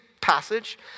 passage